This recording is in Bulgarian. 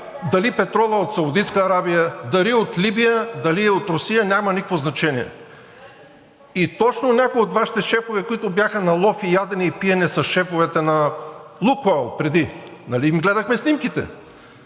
Дали петролът е от Саудитска Арабия, дали е от Либия, дали е от Русия, няма никакво значение. Точно някой от Вашите шефове, които бяха на лов, на ядене и пиене с шефовете на „Лукойл“ преди – нали им гледахме снимките,